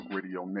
Radio